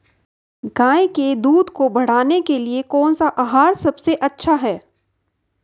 गाय के दूध को बढ़ाने के लिए कौनसा आहार सबसे अच्छा है?